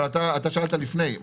אבל אתה שאלת לפני.